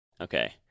Okay